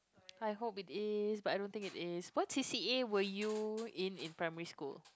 I hope it is but I don't think it is what C_C_A were you in in primary school